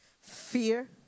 fear